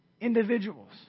individuals